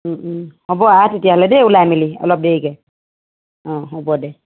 হ'ব আহ তেতিয়াহ'লে দেই ওলাই মেলি অলপ দেৰিকৈ অ হ'ব দে